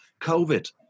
COVID